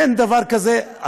אין דבר כזה,